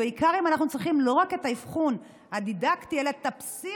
בעיקר אם אנחנו צריכים לא רק את האבחון הדידקטי אלא את הפסיכו-דידקטי,